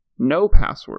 NoPassword